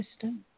system